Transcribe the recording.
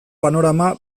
panorama